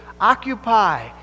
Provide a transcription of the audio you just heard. occupy